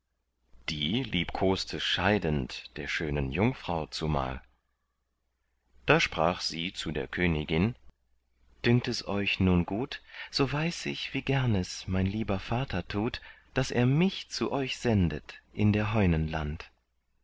die liebkos'te scheidend der schönen jungfrau zumal da sprach sie zu der königin dünkt es euch nun gut so weiß ich wie gern es mein lieber vater tut daß er mich zu euch sendet in der heunen land